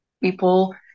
people